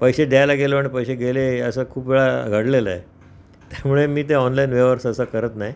पैसे द्यायला गेलं म्हण पैसे गेले असं खूप वेळा घडलेलं आहे त्यामुळे मी ते ऑनलाईन व्यवहार सहसा करत नाही